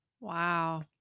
Wow